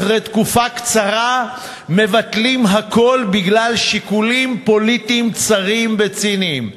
אחרי תקופה קצרה מבטלים הכול בגלל שיקולים פוליטיים צרים וציניים.